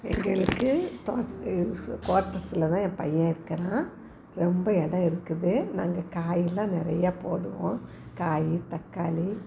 எங்களுக்கு தோ சு குவாட்ரஸில்தான் என் பையன் இருக்கிறான் ரொம்ப இடம் இருக்குது நாங்கள் காயெல்லாம் நிறையா போடுவோம் காய் தக்காளி